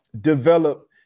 develop